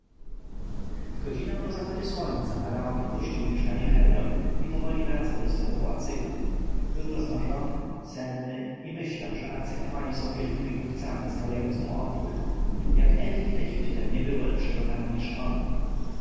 w godzinę po zachodzie słońca faraon opuścił mieszkanie hebron i powoli wracał do swego pałacyku był rozmarzony senny i myślał że arcykapłani są wielkimi głupcami stawiając mu opór jak egipt egiptem nie byłoby lepszego pana niż on